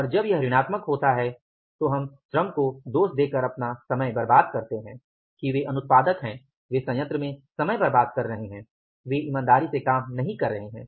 और जब यह ऋणात्मक होता है तो हम श्रम को दोष दे कर अपना समय बर्बाद करते है कि वे अनुत्पादक हैं वे संयंत्र में समय बर्बाद कर रहे हैं और वे ईमानदारी से काम नहीं कर रहे हैं